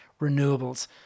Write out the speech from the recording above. renewables